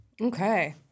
Okay